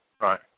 right